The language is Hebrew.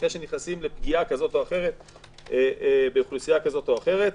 לפני שנכנסים לפגיעה כזו או אחרת באוכלוסייה כזו או אחרת,